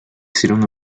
hicieron